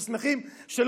אנחנו שמחים שהיא מתפוררת,